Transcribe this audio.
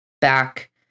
back